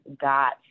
got